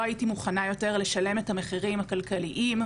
הייתי מוכנה יותר לשלם את המחירים הכלכליים,